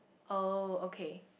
oh okay